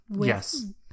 Yes